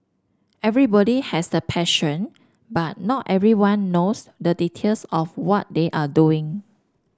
everybody has the passion but not everyone knows the details of what they are doing